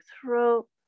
throat